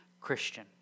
Christian